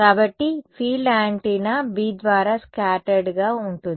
కాబట్టి field antenna B ద్వారా scattered గా ఉంటుంది